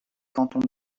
cantons